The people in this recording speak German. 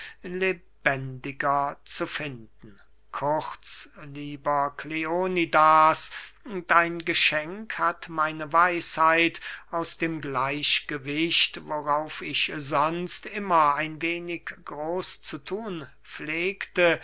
lebendiger zu finden kurz lieber kleonidas dein geschenk hat meine weisheit aus dem gleichgewicht worauf ich sonst immer ein wenig groß zu thun pflegte